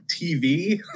TV